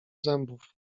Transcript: zębów